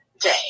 day